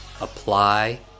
apply